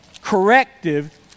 corrective